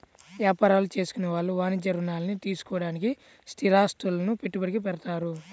యాపారాలు చేసుకునే వాళ్ళు వాణిజ్య రుణాల్ని తీసుకోడానికి స్థిరాస్తులను పెట్టుబడిగా పెడతారు